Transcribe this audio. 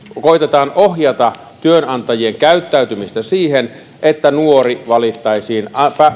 koetetaan ohjata työnantajien käyttäytymistä siihen että nuori valittaisiin